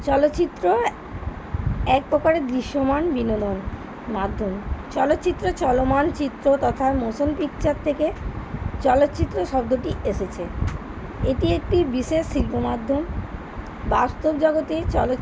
চলচ্চিত্র একপ্রকারের দৃশ্যমান বিনোদন মাধ্যম চলচ্চিত্র চলমান চিত্র তথা মোশন পিকচার থেকে চলচ্চিত্র শব্দটি এসেছে এটি একটি বিশেষ শিল্প মাধ্যম বাস্তব জগতে এই